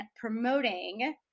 promoting